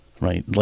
right